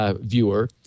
viewer